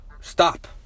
stop